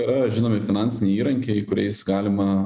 yra žinomi finansiniai įrankiai kuriais galima